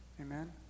Amen